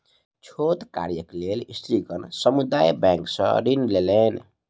छोट कार्यक लेल स्त्रीगण समुदाय बैंक सॅ ऋण लेलैन